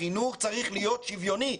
החינוך צריך להיות שוויוני.